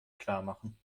klarmachen